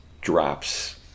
drops